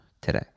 today